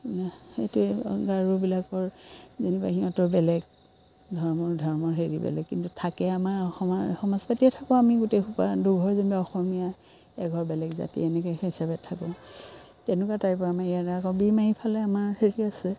সেইটোৱে গাৰো বিলাকৰ যেনিবা সিহঁতৰ বেলেগ ধৰ্ম ধৰ্মৰ হেৰি বেলেগ কিন্তু থাকে আমাৰ সমা সমাজ পাতিয়েই থাকোঁ আমি গোটেই সোপা দুঘৰ যেনিবা অসমীয়া এঘৰ বেলেগ জাতি এনেকৈ সেই হিচাপে থাকোঁ তেনেকুৱা টাইপ আমি আৰু